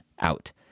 out